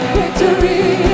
victory